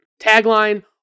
Tagline